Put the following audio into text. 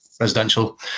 residential